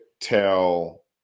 tell